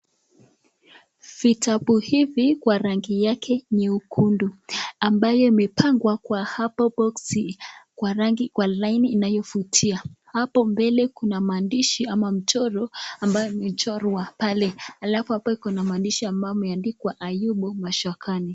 Vitabu hivi kwa rangi yake nyekundu ambayo imepangwa kwa hapo boksi kwa laini inayovutia. Hapo mbele kuna maandishi ama mchoro ambayo imechorwa pale halafu pale ina maandishi ambayo imeandikwa Ayubu Mashakani.